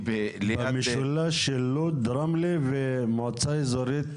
במשולש של לוד, רמלה ומועצה אזורית